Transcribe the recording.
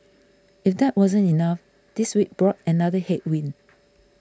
if that wasn't enough this week brought another headwind